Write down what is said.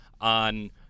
on